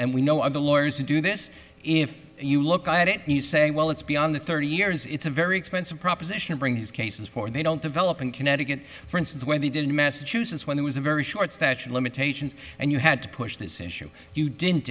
and we know are the lawyers to do this if you look at it and you say well it's beyond the thirty years it's a very expensive proposition to bring these cases for they don't develop in connecticut for instance where they did in massachusetts when there was a very short statue of limitations and you had to push this issue you didn't